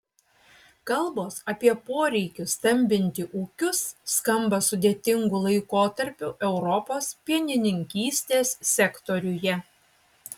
kalbos apie poreikį stambinti ūkius skamba sudėtingu laikotarpiu europos pienininkystės sektoriuje